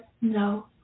no